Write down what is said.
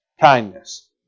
Kindness